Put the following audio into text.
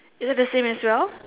isn't the same as well